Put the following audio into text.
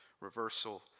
reversal